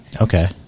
Okay